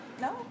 No